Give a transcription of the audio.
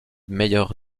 meilleur